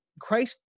Christ